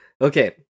Okay